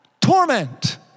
torment